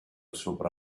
sopra